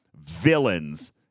villains